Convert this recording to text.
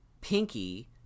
Pinky